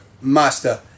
Master